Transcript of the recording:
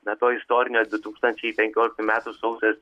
na to istorinės du tūkstančiai penkioliktų metų sausio